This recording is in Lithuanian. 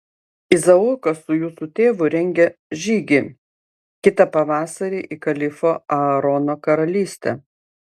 izaokas su jūsų tėvu rengia žygį kitą pavasarį į kalifo aarono karalystę